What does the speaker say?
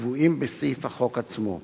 קבועים בסעיף החוק עצמו,